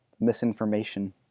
Misinformation